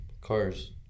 cars